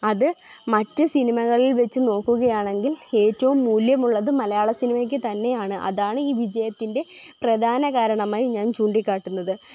അത് മറ്റ് സിനിമകളിൽ വെച്ചു നോക്കുകയാണെങ്കിൽ ഏറ്റവും മൂല്യമുള്ളത് മലയാള സിനിമയ്ക്ക് തന്നെയാണ് അതാണ് ഈ വിജയത്തിൻ്റെ പ്രധാന കാരണമായി ഞാൻ ചൂണ്ടിക്കാട്ടുന്നത്